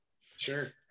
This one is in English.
Sure